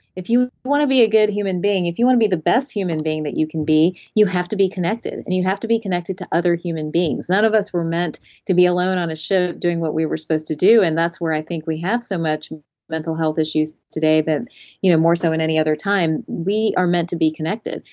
if you want to be a good human being, if you want to be the best human being that you can be you have to be connected, and you have to be connected to other human beings. none of us were meant to be alone on a ship doing what we were supposed to do, and that's where i think we have so much mental health issues today you know more so in any other time we are meant to be connected.